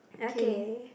okay